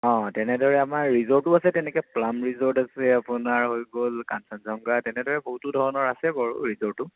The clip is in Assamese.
অঁ তেনেদৰে আমাৰ ৰিজৰ্টো আছে তেনেকৈ প্লাম ৰিজৰ্ট আছে আপোনাৰ হৈ গ'লে কাঞ্চনজংঘা তেনেদৰে বহুতো ধৰণৰ আছে বাৰু ৰিজৰ্টো